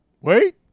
wait